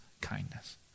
kindness